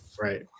Right